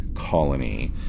colony